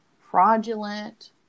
fraudulent